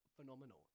phenomenal